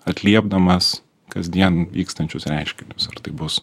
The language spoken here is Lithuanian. atliepdamas kasdien vykstančius reiškinius ar tai bus